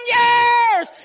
years